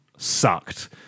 sucked